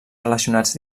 relacionats